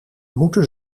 moeten